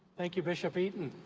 thank you, bishop eaton.